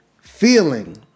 feeling